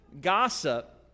gossip